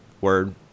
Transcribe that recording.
word